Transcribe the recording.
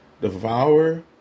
devour